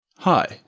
Hi